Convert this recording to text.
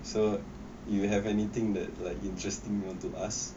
so you have anything that like interesting you want to ask